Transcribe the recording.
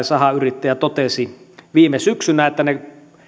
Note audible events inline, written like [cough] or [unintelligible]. [unintelligible] sahayrittäjä totesi viime syksynä että ne